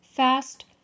Fast